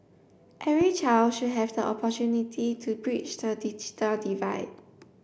every child should have the opportunity to bridge the digital divide